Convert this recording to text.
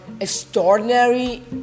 extraordinary